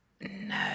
No